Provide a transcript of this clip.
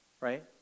right